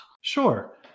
Sure